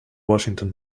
washington